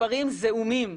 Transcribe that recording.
מספרים זעומים,